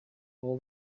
all